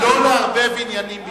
לא לערבב עניינים בעניינים.